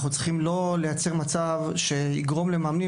אנחנו לא צריכים לייצר מצב שיגרום למאמנים